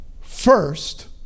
first